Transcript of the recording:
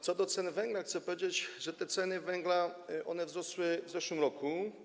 Co do cen węgla chcę powiedzieć, że te ceny węgla wzrosły w zeszłym roku.